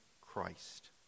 Christ